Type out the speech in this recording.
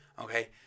Okay